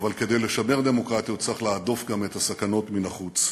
אבל כדי לשמר דמוקרטיה צריך להדוף גם את הסכנות מן החוץ.